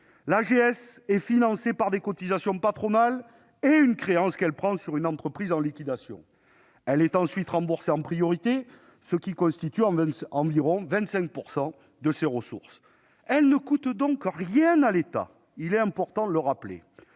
L'AGS est financée par des cotisations patronales et une créance qu'elle prend sur l'entreprise en liquidation ; elle est ensuite remboursée en priorité, ce qui représente environ 25 % de ses ressources. Elle ne coûte donc rien à l'État- il est important de le rappeler.